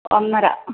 ഒന്നര